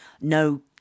No